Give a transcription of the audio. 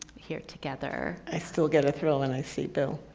here together. i still get a thrill and i see bill.